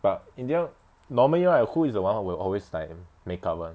but in the end normally right who is the one who will always like make up [one]